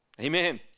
Amen